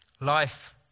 Life